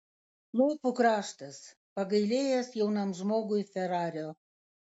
lopų kraštas pagailėjęs jaunam žmogui ferario